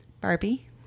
Barbie